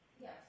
Yes